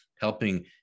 helping